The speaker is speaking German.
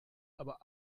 aber